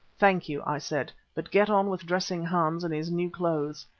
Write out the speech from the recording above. thank you, i said, but get on with dressing hans in his new clothes.